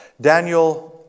Daniel